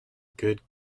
good